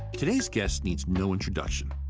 today's guest needs no introduction.